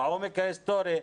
בעומק ההיסטורי.